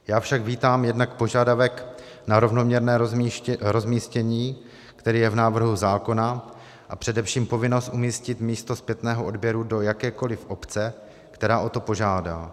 Já však vítám jednak požadavek na rovnoměrné rozmístění, který je v návrhu zákona, a především povinnost umístit místo zpětného odběru do jakékoli obce, která o to požádá.